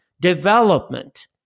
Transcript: Development